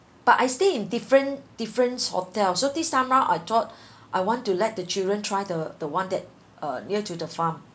but I stay in different different hotel so this time round I thought I want to let the children try the the one that uh near to the farm